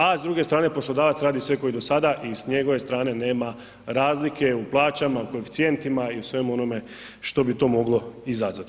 A s druge strane poslodavac radi sve kao i do sada i s njegove strane nema razlike u plaćama, koeficijentima i u svemu onome što bi to moglo izazvati.